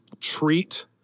treat